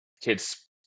kids